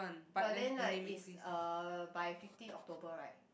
but then like it's uh by fifteen October right